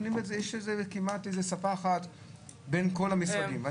כל החוק הוא --- אתם לא עונים,